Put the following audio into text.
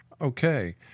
Okay